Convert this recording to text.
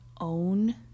own